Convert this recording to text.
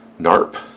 Narp